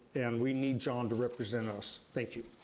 and we need john to represent us. thank you.